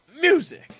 Music